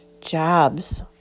Jobs